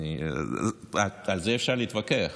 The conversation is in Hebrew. על זה אפשר להתווכח.